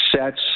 sets